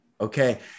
okay